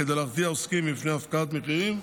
כדי להרתיע עוסקים מפני הפקעת מחירים